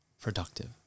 productive